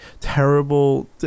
terrible